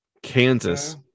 Kansas